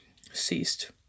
ceased